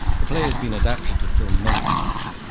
the play has been adapted to film many times,